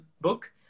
book